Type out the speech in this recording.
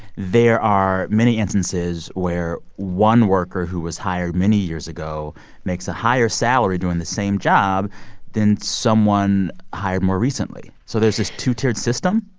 there are many instances where one worker who was hired many years ago makes a higher salary doing the same job than someone hired more recently. so there's this two-tiered system?